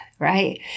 right